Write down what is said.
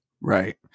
Right